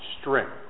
strength